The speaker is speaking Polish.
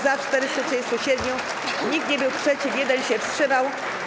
Za - 437, nikt nie był przeciw, 1 się wstrzymał.